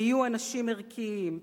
היו אנשים ערכיים,